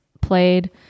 played